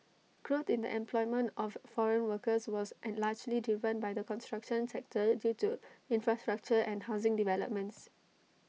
growth in the employment of foreign workers was in largely driven by the construction sector due to infrastructure and housing developments